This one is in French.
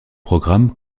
programmes